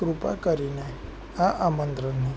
કૃપા કરીને આ આમંત્રણની